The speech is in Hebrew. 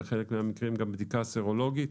ובחלק מן המקרים גם בדיקה סרולוגית,